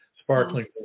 Sparkling